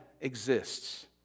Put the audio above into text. exists